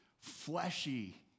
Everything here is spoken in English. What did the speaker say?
fleshy